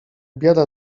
biada